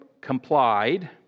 complied